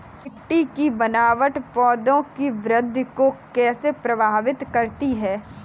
मिट्टी की बनावट पौधों की वृद्धि को कैसे प्रभावित करती है?